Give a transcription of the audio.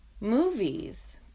movies